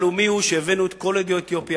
הלאומי הוא שהבאנו את כל יהודי אתיופיה